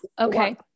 Okay